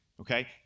okay